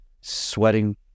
sweating